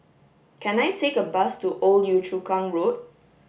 can I take a bus to Old Yio Chu Kang Road